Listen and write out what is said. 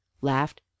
laughed